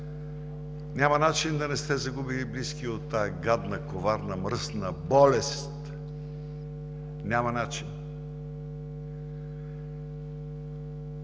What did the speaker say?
Няма начин да не сте загубили близки от тази гадна, коварна, мръсна болест, няма начин!